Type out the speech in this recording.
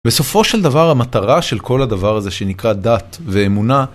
בסופו של דבר המטרה של כל הדבר הזה שנקרא דת ואמונה